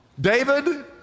David